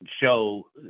show